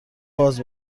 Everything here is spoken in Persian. باز